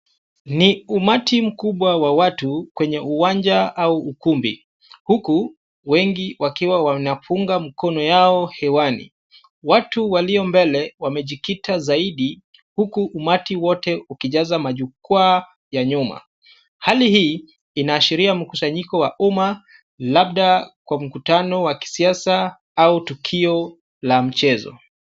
Ni umati mkubwa wa watu kwenye uwanja au ukumbi huku wengi wakiwa wanapunga mkono yao hewani. Watu walio mbele wamejikita zaidi huku umati wote ukijaza majukwaa ya nyuma. Hali hii inaashiria mkusanyiko wa umma labda kwa mkutano wa kisiasa au tukio la mchezo.